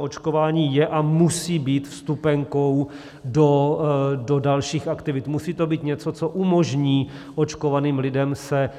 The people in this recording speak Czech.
Očkování je a musí být vstupenkou do dalších aktivit, musí to být něco, co umožní očkovaným lidem se